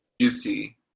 juicy